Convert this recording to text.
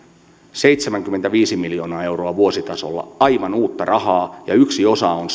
seitsemänkymmentäviisi miljoonaa euroa vuositasolla tulee aivan uutta rahaa ja yksi osa on